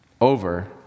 over